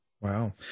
Wow